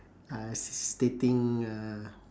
I s~ stating uh